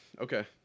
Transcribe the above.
Okay